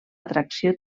atracció